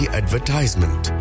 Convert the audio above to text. advertisement